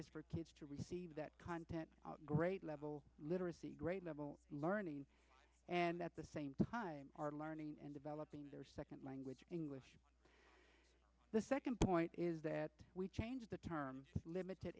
is for kids to receive that content grade level literacy grade level learning and at the same time are learning and developing their second language english the second point is that we change the term limited